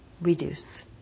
reduce